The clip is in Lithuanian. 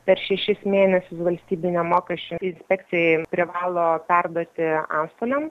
per šešis mėnesius valstybinė mokesčių inspekcija privalo perduoti antstoliam